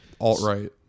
alt-right